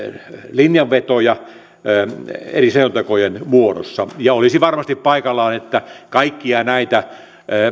linjavetoja eri selontekojen muodossa ja olisi varmasti paikallaan että kaikkia näitä